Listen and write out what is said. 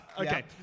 Okay